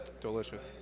Delicious